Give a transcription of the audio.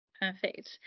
Perfect